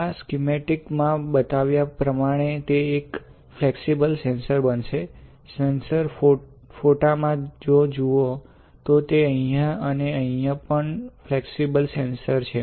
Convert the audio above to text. આ સિમેટિક માં બતાવ્યા પ્રમાણે તે એક ફ્લેક્સિબલ સેન્સર બનશે સેન્સર ફોટામાં જો જુઓ તો તે અહીં અને અહીં પણ ફ્લેક્સિબલ સેન્સર છે